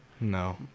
No